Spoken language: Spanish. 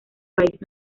país